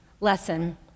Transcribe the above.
lesson